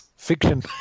fiction